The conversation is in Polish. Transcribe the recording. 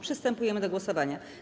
Przystępujemy do głosowania.